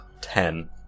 ten